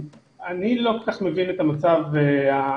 אני לא כל כך מבין את המצב העובדתי,